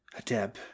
adeb